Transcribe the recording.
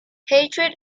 hatred